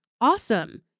awesome